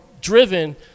driven